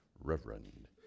reverend